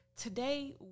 today